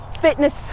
fitness